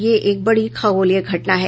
यह एक बड़ी खगोलीय घटना है